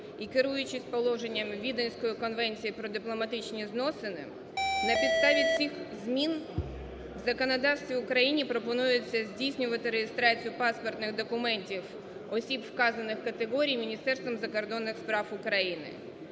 і керуючись положеннями Віденської конвенції про дипломатичні зносини, на підставі цих змін в законодавстві України пропонується здійснювати реєстрацію паспортних документів осіб вказаних категорій Міністерством закордонних справ України